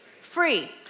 Free